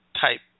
type